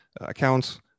accounts